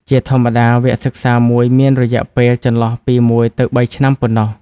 ជាធម្មតា វគ្គសិក្សាមួយមានរយៈពេលចន្លោះពីមួយទៅបីឆ្នាំប៉ុណ្ណោះ។